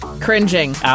Cringing